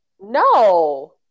no